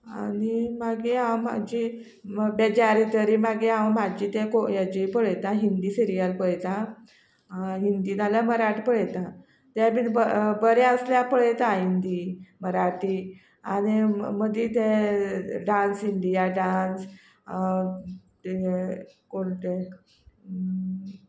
आनी मागीर हांव म्हाजी बेजार येतरी मागी हांव म्हाजी ते को हेजी पळयता हिंदी सिरियल पळयतां हिंदी नाल्यार मराठी पळयतां ते बीन बरें आसल्यार पळयतां हिंदी मराठी आनी मदीं ते डान्स इंडिया डान्स ते कोण ते